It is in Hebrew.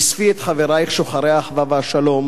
אספי את חברי שוחרי האחווה והשלום